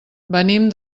venim